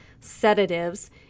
sedatives